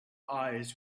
eyes